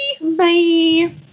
Bye